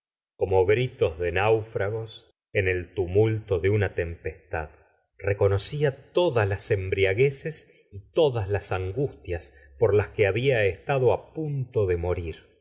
como gritos de náufragos enel tumulto de una tempestad reconocía todas las embriague la señora de bov a ry ces y todas las angustias por las que había estado á punto de morir